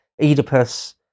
Oedipus